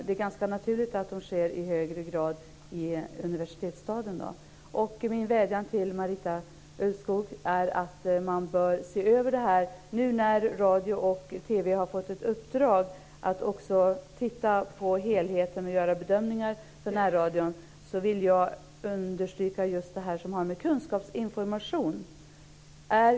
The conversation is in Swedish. Det är ganska naturligt att de i högre grad sker i universitetsstaden. Min vädjan till Marita Ulvskog är att man bör se över detta nu när Radio och TV-verket har fått ett uppdrag att titta på helheten och göra bedömningar för närradio. Jag vill understryka just det som har med kunskap och information att göra.